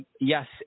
yes